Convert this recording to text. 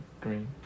green